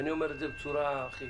ואני אומר את זה בצורה הכי